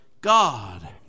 God